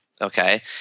Okay